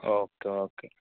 okay okay